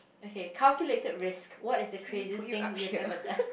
okay calculated risk what is the craziest thing you have ever done